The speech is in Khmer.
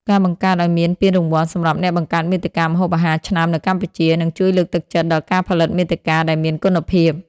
ការបង្កើតឱ្យមានពានរង្វាន់សម្រាប់អ្នកបង្កើតមាតិកាម្ហូបអាហារឆ្នើមនៅកម្ពុជា នឹងជួយលើកទឹកចិត្តដល់ការផលិតមាតិកាដែលមានគុណភាព។